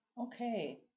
Okay